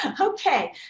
Okay